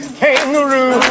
kangaroo